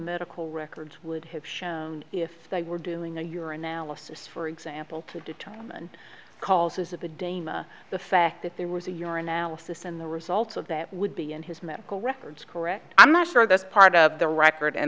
medical records would have shown if they were doing in your analysis for example to determine calls is of a danger the fact that there was a your analysis and the results of that would be in his medical records correct i'm not sure that's part of the record in